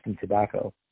Tobacco